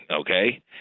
okay